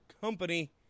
company